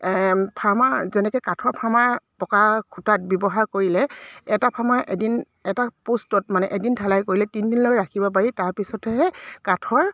farmer যেনেকৈ কাঠৰ ফাৰ্মাৰ পকা খুঁটাত ব্যৱহাৰ কৰিলে এটা ফাৰ্মাৰ এদিন এটা পোষ্টত মানে এদিন ঢালাই কৰিলে তিনি দিনলৈ ৰাখিব পাৰি তাৰপিছতহে কাঠৰ